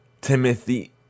Timothy